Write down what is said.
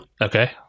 Okay